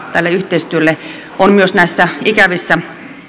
tälle yhteistyölle on tarvetta myös näissä ikävissä